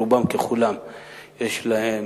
רובם ככולם "זוכים"